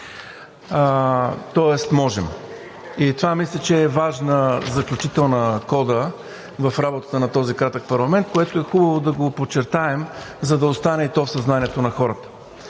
тоест можем. Това мисля, че е важна заключителна кода в работата на този кратък парламент, което е хубаво да го подчертаем, за да остане и то в съзнанието на хората.